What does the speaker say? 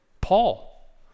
Paul